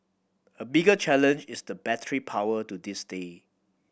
a bigger challenge is the battery power to this day